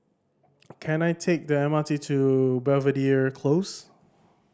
can I take the M R T to Belvedere Close